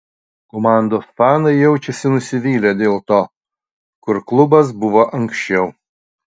komandos fanai jaučiasi nusivylę dėl to kur klubas buvo anksčiau